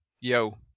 Yo